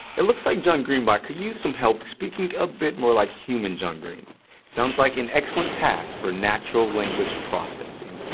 it looks like john green bot could use some help speaking a bit more like human john green sounds like an excellent task for natural language processing.